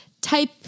type